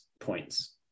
points